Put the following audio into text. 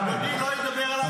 אתה יכול להוציא אותי,